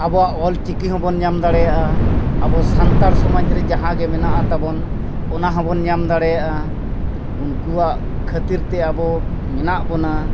ᱟᱵᱚᱣᱟᱜ ᱚᱞ ᱪᱤᱠᱤ ᱦᱚᱸᱵᱚᱱ ᱧᱟᱢ ᱫᱟᱲᱮᱭᱟᱜᱼᱟ ᱟᱵᱚ ᱥᱟᱱᱛᱟᱲ ᱥᱚᱢᱟᱡᱽ ᱨᱮ ᱡᱟᱦᱟᱸ ᱜᱮ ᱢᱮᱱᱟᱜᱼᱟ ᱛᱟᱵᱚᱱ ᱚᱱᱟ ᱦᱚᱸᱵᱚᱱ ᱧᱟᱢ ᱫᱟᱲᱮᱭᱟᱜᱼᱟ ᱩᱱᱠᱩᱣᱟᱜ ᱠᱷᱟᱹᱛᱤᱨ ᱛᱮ ᱟᱵᱚ ᱢᱮᱱᱟᱜ ᱵᱚᱱᱟ